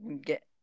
get